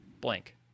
blank